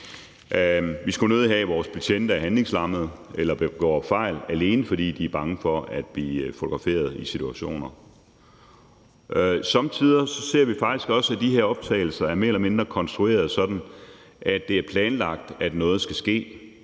Vi skulle nødig have, at vores betjente er handlingslammede eller begår fejl, alene fordi de er bange for at blive fotograferet i situationer. Somme tider ser vi faktisk også, at de her optagelser mere eller mindre er konstrueret sådan, at det er planlagt, at noget skal ske.